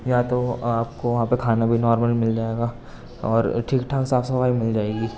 یا تو آپ کو وہاں پہ کھانا بھی نارمل مل جائے گا اور ٹھیک ٹھاک صاف صفائی مل جائے گی